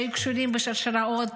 שהיו קשורים בשרשראות.